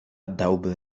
dałby